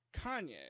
Kanye